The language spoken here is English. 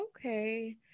okay